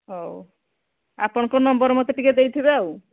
ହଉ ଆପଣଙ୍କର ନମ୍ୱର ମୋତେ ଟିକେ ଦେଇଥିବେ ଆଉ